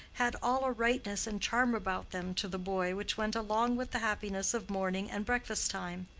had all a rightness and charm about them to the boy which went along with the happiness of morning and breakfast time.